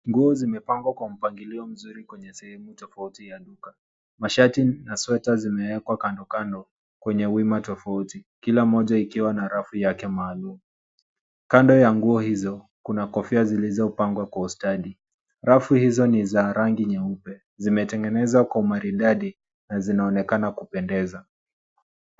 Nguo zimepangwa kwa mpangilio mzuri kwenye sehemu tofauti ya duka. Mashati na sweta zimeekwa kando kando kwenye wima tofauti kila moja ikiwa na rafu yake maalum. Kando ya nguo hizo, kuna kofia zilizopangwa kwa ustadi. Rafu hizo ni za rangi nyeupe. Zimetengenezwa kwa umaridadi na zinaonekana kupendeza.